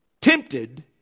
tempted